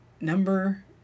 Number